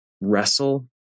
wrestle